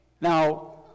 Now